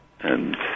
and-